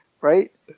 right